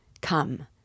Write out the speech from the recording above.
Come